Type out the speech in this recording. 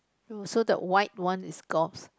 also the white one is golf